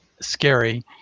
scary